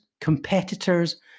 competitors